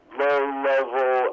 low-level